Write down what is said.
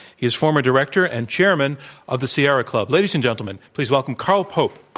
he's former director and chairman of the sierra club. ladies and gentlemen, please welcome carl pope.